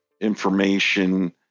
information